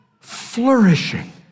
flourishing